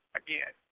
again